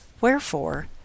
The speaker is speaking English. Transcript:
Wherefore